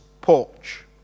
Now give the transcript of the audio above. porch